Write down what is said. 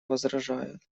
возражает